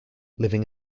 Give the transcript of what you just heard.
living